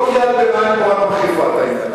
כל קריאת ביניים רק מחריפה את העניין.